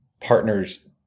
partners